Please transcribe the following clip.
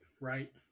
right